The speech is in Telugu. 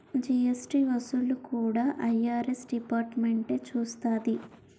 జీఎస్టీ వసూళ్లు కూడా ఐ.ఆర్.ఎస్ డిపార్ట్మెంటే చూస్తాది